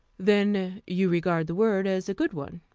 then you regard the word as a good one?